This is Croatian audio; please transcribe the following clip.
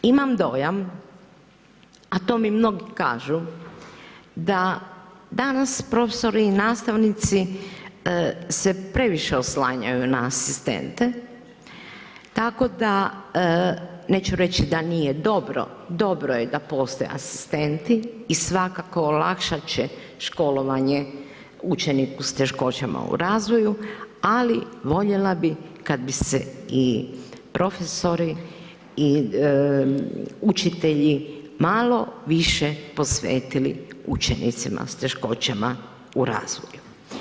Imam dojam, a to mi mnogi kažu, da danas profesori i nastavnici se previše oslanjaju na asistente, tako da neću reći da nije dobro, dobro je da postoje asistenti i svakako olakšat će školovanje učeniku s teškoćama u razvoju, ali voljela bih kad bi se i profesori i učitelji malo više posvetili učenicima s teškoćama u razvoju.